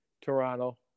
Toronto